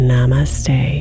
Namaste